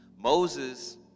Moses